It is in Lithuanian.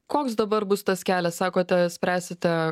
koks dabar bus tas kelias sakote spręsite